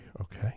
Okay